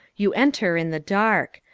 you enter in the dark.